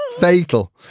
Fatal